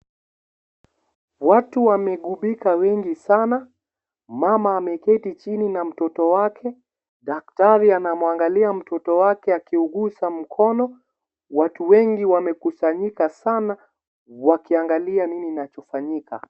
Watu wamegubika wengi sana, mama ameketi chini na mtoto wake, daktari anamwangalia mtoto wake akiuguza mkono, watu wengi wamekusanyika sana wakiangalia nini inachofanyika.